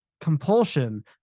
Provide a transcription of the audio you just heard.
compulsion